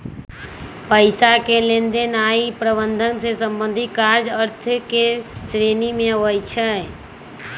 पइसा के लेनदेन आऽ प्रबंधन से संबंधित काज अर्थ के श्रेणी में आबइ छै